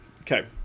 okay